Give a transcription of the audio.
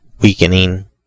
weakening